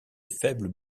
faibles